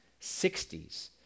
60s